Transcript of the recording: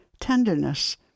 tenderness